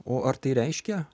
o ar tai reiškia